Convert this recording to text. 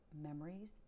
memories